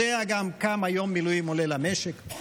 יודע גם כמה יום מילואים עולה למשק.